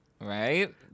Right